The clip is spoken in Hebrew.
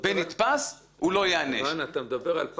הייתי אומר שזה טוב,